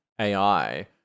AI